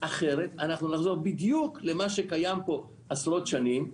אחרת אנחנו נחזור בדיוק למה שקיים כאן עשרות שנים,